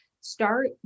start